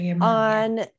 on